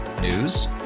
News